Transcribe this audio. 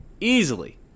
easily